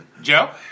Joe